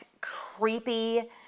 creepy